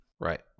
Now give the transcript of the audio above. Right